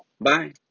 Bye